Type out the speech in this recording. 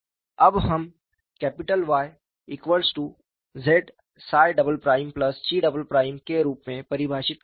अब हम capital Yz𝛘 के रूप में परिभाषित करते हैं